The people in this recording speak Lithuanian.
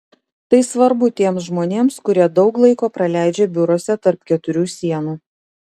tai svarbu tiems žmonėms kurie daug laiko praleidžia biuruose tarp keturių sienų